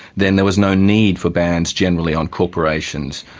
then there was no need for bans generally on corporations,